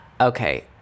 Okay